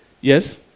Yes